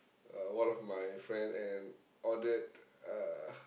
uh one of my friend and ordered uh